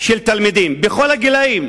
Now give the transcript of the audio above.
של תלמידים בכל הגילים,